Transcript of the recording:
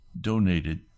donated